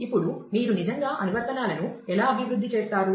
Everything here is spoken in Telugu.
ఇప్పుడు మీరు నిజంగా అనువర్తనాలను ఎలా అభివృద్ధి చేస్తారు